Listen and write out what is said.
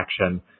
action